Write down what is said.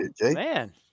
Man